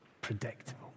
predictable